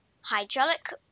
hydraulic